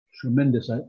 tremendous